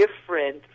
different